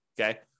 okay